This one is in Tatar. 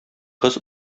кыз